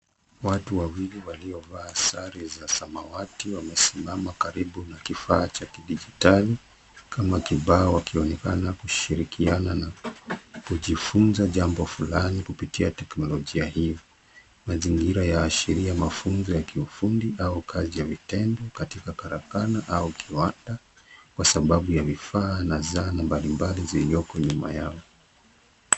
Watu wawili waliovaa sare za samawati wamesimama karibu na kifaa cha kidijitali kama kibao wakionekana kushirikiana na kujifunza jambo fulani kupitia teknolojia hii, mazingira ya sheria ya mafunzo ya kiufundi au kazi ya vitendo katika karakana au kiwanda kwa sababu ya vifaa na zana mbalimbali zilizoko nyuma yao.